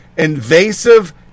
Invasive